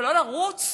ולא לרוץ